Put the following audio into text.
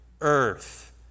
earth